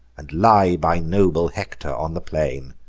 and lie by noble hector on the plain,